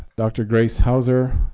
dr. grace houser